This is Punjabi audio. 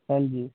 ਹਾਂਜੀ